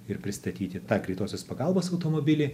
ir pristatyti tą greitosios pagalbos automobilį